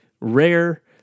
Rare